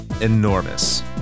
enormous